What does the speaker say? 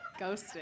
Ghosting